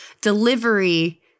delivery